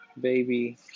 baby